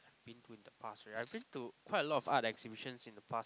been to in the past already I've been to quite a lot of art exhibitions in the past